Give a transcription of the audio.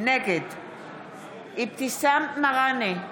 נגד אבתיסאם מראענה,